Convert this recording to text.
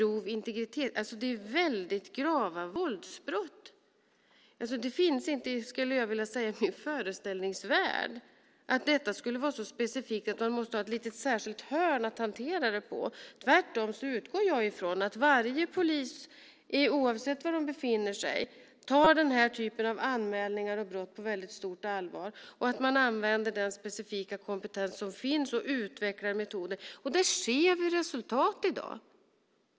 Det är väldigt grava våldsbrott. Det finns inte i min föreställningsvärld, skulle jag vilja säga, att detta skulle vara så specifikt att man måste ha ett litet särskilt hörn att hantera det i. Tvärtom utgår jag från att varje polis, oavsett var denne befinner sig, tar den här typen av anmälningar om brott på väldigt stort allvar, att man använder den specifika kompetens som finns och utvecklar metoder. Där ser vi resultat i dag.